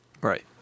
right